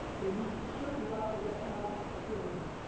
they reached a certain level of economic security,